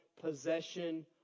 possession